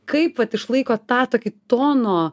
kaip vat išlaikot tą tokį tono